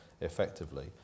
effectively